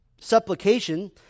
supplication